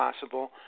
possible